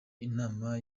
inama